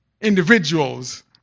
individuals